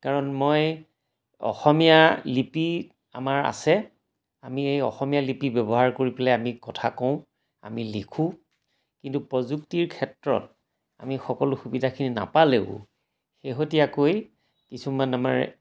কাৰণ মই অসমীয়া লিপি আমাৰ আছে আমি এই অসমীয়া লিপি ব্যৱহাৰ কৰি পেলাই আমি কথা কওঁ আমি লিখোঁ কিন্তু প্ৰযুক্তিৰ ক্ষেত্ৰত আমি সকলো সুবিধাখিনি নাপালেও শেহতীয়াকৈ কিছুমান আমাৰ